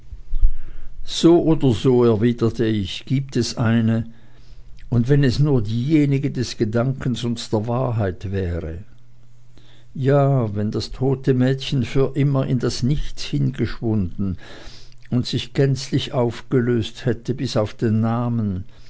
so oder so erwiderte ich gibt es eine und wenn es nur diejenige des gedankens und der wahrheit wäre ja wenn das tote mädchen für immer in das nichts hingeschwunden und sich gänzlich aufgelöst hätte bis auf den namen